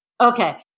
Okay